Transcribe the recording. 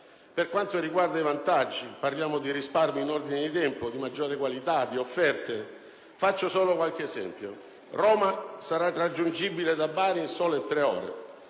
Per quanto riguarda i vantaggi, parliamo di risparmi in ordine di tempo, di maggiore qualità, di offerte. Faccio solo qualche esempio. Roma sarà raggiungibile da Bari in sole tre ore